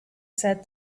said